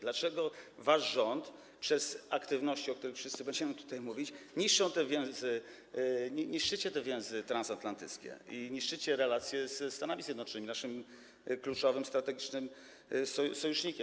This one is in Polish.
Dlaczego wasz rząd przez aktywności, o których wszyscy będziemy tutaj mówić, niszczy te więzy, dlaczego niszczycie te więzy transatlantyckie i niszczycie relacje ze Stanami Zjednoczonymi, naszym kluczowym strategicznym sojusznikiem?